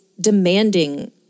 demanding